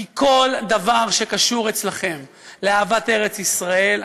כי כל דבר שקשור אצלכם לאהבת ארץ ישראל,